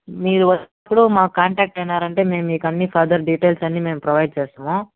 మీరు వచ్చేప్పుడు మాకి కాంటాక్ట్ అయినారంటే మేము మీకన్నీ ఫర్దర్ డీటెయిల్స్ అన్నీ మేము ప్రొవైడ్ చేస్తాము